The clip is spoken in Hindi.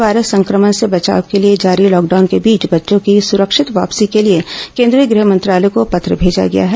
कोरोना वायरस संक्रमण से बचाव के लिए जारी लॉकडाउन के बीच बच्चों की सुरक्षित वापसी के लिए केंद्रीय गृह मंत्रालय को पत्र भेजा गया है